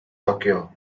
tokyo